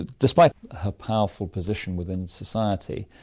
despite her powerful position within society,